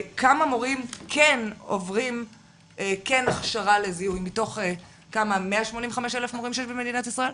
כמה מורים כן עוברים הכשרה לזיהוי מתוך 180,000 מורים שיש במדינת ישראל?